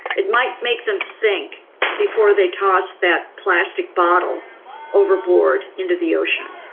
it might make them think before they toss that plastic bottle overboard into the ocean.